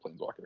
Planeswalker